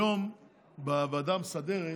היום בוועדה המסדרת